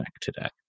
today